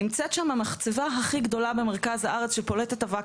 נמצאת שם מחצבה הכי גדולה במרכז הארץ שפולטת אבק